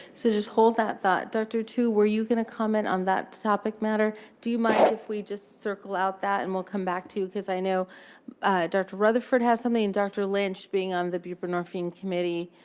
so just hold that thought. dr. tu, were you going to comment on that topic matter? do you mind if we just circle out that, and we'll come back? because i know dr. rutherford has something. and dr. lynch, being on the buprenorphine committee,